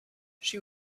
she